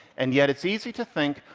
and yet it's easy to think,